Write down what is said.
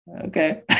Okay